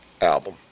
album